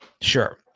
Sure